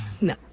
No